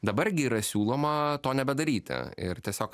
dabar gi yra siūloma to nebedaryti ir tiesiog